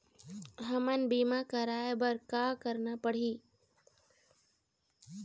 हमन बीमा कराये बर का करना पड़ही?